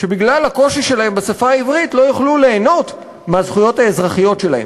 שבגלל הקושי שלהם בשפה העברית לא יוכלו ליהנות מהזכויות האזרחיות שלהם.